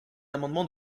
amendement